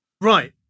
Right